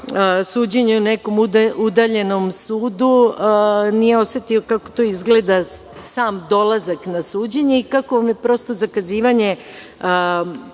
suđenje u nekom udaljenom sudu, nije osetio kako to izgleda sam dolazak na suđenje i kako, prosto, zakazivanje